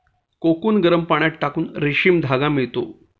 cocoon गरम पाण्यात टाकून रेशीम धागा मिळतो